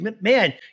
man